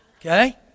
okay